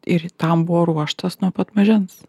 ir tam buvo ruoštas nuo pat mažens